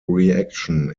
reaction